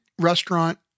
restaurant